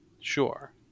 sure